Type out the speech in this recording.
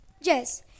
Yes